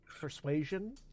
Persuasion